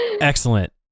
Excellent